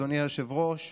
אדוני היושב-ראש,